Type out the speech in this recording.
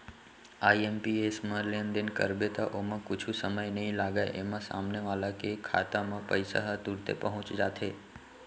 IMPS म लेनदेन करबे त ओमा कुछु समय नइ लागय, एमा सामने वाला के खाता म पइसा ह तुरते पहुंच जाथे